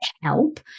help